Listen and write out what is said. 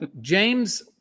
James